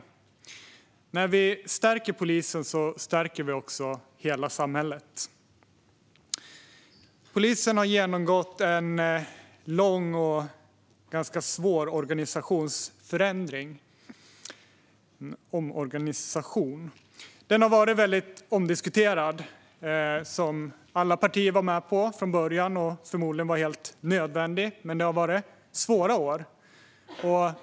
När vi stärker polisen stärker vi hela samhället. Polisen har genomgått en lång och svår organisationsförändring - en omorganisation - som har varit omdiskuterad. Alla partier var med på den från början, och den var förmodligen helt nödvändig. Men det har varit svåra år.